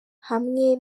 hamwe